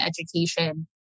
education